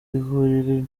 ivuriro